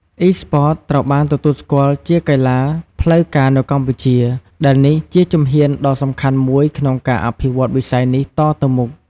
Esports ត្រូវបានទទួលស្គាល់ជាកីឡាផ្លូវការនៅកម្ពុជា ដែលនេះជាជំហានដ៏សំខាន់មួយក្នុងការអភិវឌ្ឍវិស័យនេះតទៅមុខ។